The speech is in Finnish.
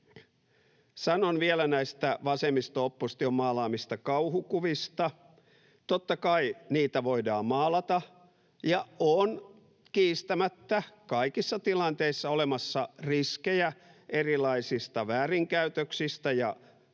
Sanon vielä näistä vasemmisto-opposition maalaamista kauhukuvista: totta kai niitä voidaan maalata, ja on kiistämättä kaikissa tilanteissa olemassa riskejä erilaisista väärinkäytöksistä ja